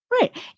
Right